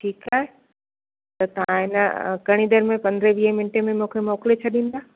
ठीकु आहे त तव्हां हे न घणी देरि में पंद्रहें वीहे मिनटे में मूंखे मोकिले छॾींदा